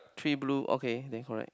three blue okay then correct